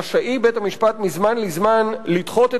רשאי בית-המשפט מזמן לזמן לדחות את